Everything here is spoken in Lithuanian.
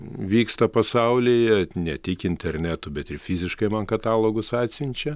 vyksta pasaulyje ne tik internetu bet ir fiziškai man katalogus atsiunčia